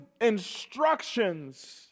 instructions